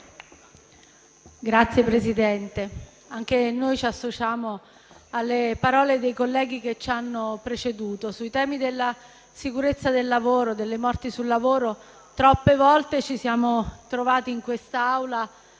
Signor Presidente, anche noi ci associamo alle parole dei colleghi che ci hanno preceduto. Sui temi relativi alla sicurezza sul lavoro e alle morti sul lavoro troppe volte ci siamo trovati in quest'Aula